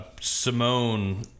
Simone